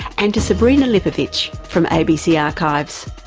and to sabrina lipovic from abc archives.